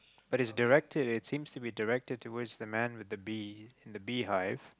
but it's directed it seems to be directed towards the man with a bee in the bee hive